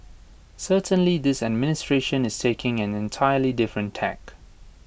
certainly this administration is taking an entirely different tack